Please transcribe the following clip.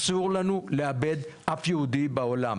אסור לנו לאבד אף יהודי בעולם.